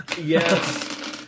Yes